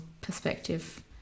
perspective